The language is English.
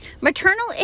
Maternal